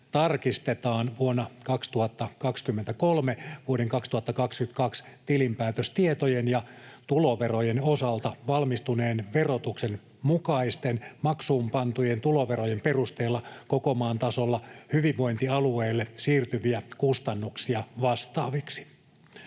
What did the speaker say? tarkistetaan vuonna 2023 vuoden 2022 tilinpäätöstietojen ja tuloverojen osalta valmistuneen verotuksen mukaisten maksuun pantujen tuloverojen perusteella koko maan tasolla hyvinvointialueille siirtyviä kustannuksia vastaaviksi.